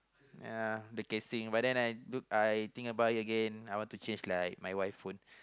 ya the casing but then I I think about it ggain I want to change lah my wife phone